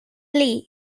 lee